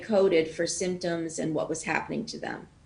שאותם קידדתי על פי הסימפטומים ומה שאירע להם.